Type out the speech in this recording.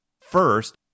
First